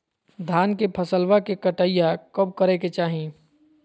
धान के फसलवा के कटाईया कब करे के चाही?